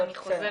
אני חייבת